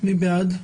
מי בעד?